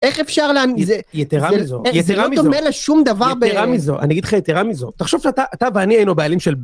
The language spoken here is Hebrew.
איך אפשר לענות את זה? יתרה מזו, יתרה מזו. זה לא דומה לשום דבר ב... יתרה מזו, אני אגיד לך, יתרה מזו. תחשוב שאתה ואני היינו בעלים של...